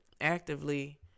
actively